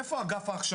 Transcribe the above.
איפה אגף ההכשרות